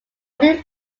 new